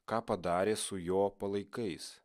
ką padarė su jo palaikais